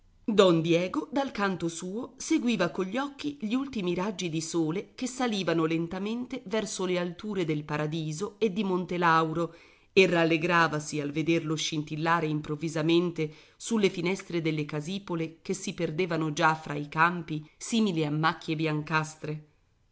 don diego dal canto suo seguiva cogli occhi gli ultimi raggi di sole che salivano lentamente verso le alture del paradiso e di monte lauro e rallegravasi al vederlo scintillare improvvisamente sulle finestre delle casipole che si perdevano già fra i campi simili a macchie biancastre